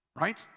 right